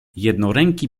jednoręki